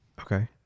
Okay